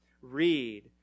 read